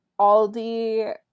Aldi